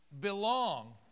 belong